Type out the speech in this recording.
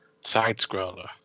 side-scroller